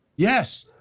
yes,